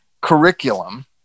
curriculum